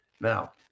Now